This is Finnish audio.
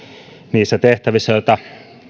niissä tehtävissä joita